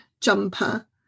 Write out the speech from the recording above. jumper